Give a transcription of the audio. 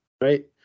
Right